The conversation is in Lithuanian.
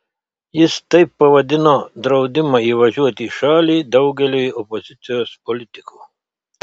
jis taip pavadino draudimą įvažiuoti į šalį daugeliui opozicijos politikų